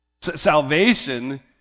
Salvation